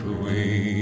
away